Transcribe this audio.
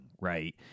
right